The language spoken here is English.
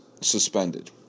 suspended